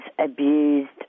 abused